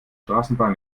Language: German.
straßenbahn